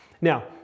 Now